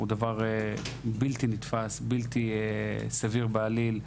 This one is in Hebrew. הוא דבר בלתי נתפס, בלתי סביר בעליל.